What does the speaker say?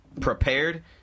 prepared